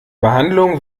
behandlung